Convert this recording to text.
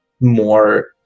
more